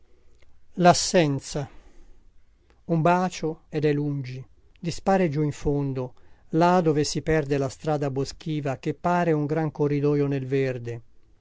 lassenza un bacio ed è lungi dispare giù in fondo là dove si perde la strada boschiva che pare un gran corridoio nel verde